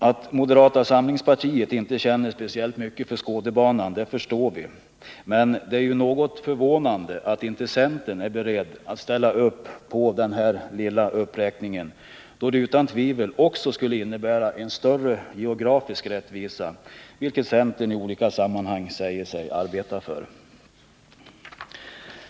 Att moderata samlingspartiet inte känner speciellt mycket för Skådebanan förstår vi, men det är något förvånande att inte centern är beredd att ställa upp på denna lilla uppräkning, då den utan tvivel också skulle innebära en större geografisk rättvisa, vilket centern i olika sammanhang säger sig arbeta för.